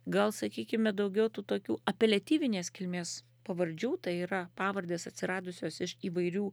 gal sakykime daugiau tų tokių apeliatyvinės kilmės pavardžių tai yra pavardės atsiradusios iš įvairių